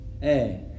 Hey